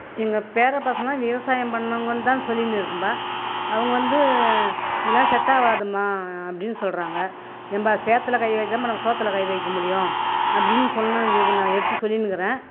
எங்கள் பேர பசங்களாம் விவசாயம் பண்ணுங்கனுதான் சொல்லினு இருக்கும்பா அங்க வந்து இதெல்லாம் செட் ஆகாதுமா அப்படினு சொல்கிறாங்க ஏம்பா சேற்றுல கை வைச்சா தான் பா நாம் சோற்றுல கை வைக்க முடியும் அப்படினு சொல்லி இப்ப எடுத்து சொல்லினுக்கிறேன்